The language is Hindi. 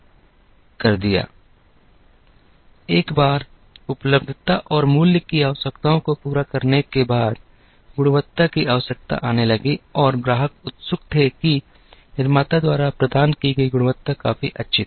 अब एक बार उपलब्धता और मूल्य की आवश्यकताओं को पूरा करने के बाद गुणवत्ता की आवश्यकता आने लगी और ग्राहक उत्सुक थे कि निर्माता द्वारा प्रदान की गई गुणवत्ता काफी अच्छी थी